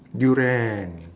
durian